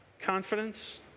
confidence